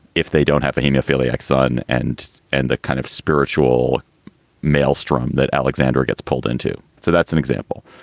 if they don't have a haemophiliacs son and and the kind of spiritual maelstrom that alexander gets pulled into. so that's an example.